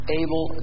able